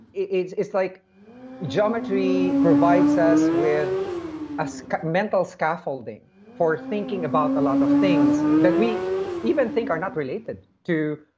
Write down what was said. it's it's like geometry provides us with a mental scaffolding for thinking about a lot of things that we even think are not related to,